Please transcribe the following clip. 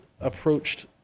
approached